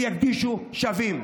ירגישו שווים.